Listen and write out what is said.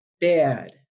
bad